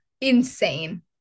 insane